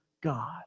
God